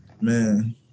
Man